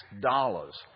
dollars